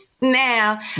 Now